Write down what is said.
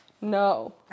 No